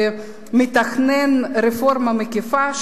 ומתוכננת רפורמה מקיפה,